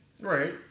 Right